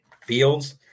fields